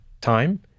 time